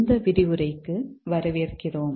இந்த விரிவுரைக்கு வரவேற்கிறோம்